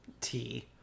tea